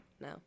No